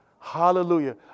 Hallelujah